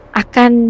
akan